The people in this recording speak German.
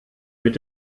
mit